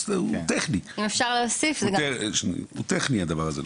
הוא טכני, הדבר הזה.